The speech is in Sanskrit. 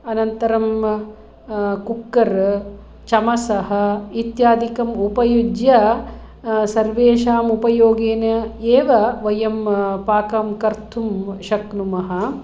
अनन्तरं कुक्कर् चमसः इत्यादिकम् उपयुज्य सर्वेषाम् उपयोगेन एव वयं पाकं कर्तुं शक्नुमः